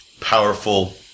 powerful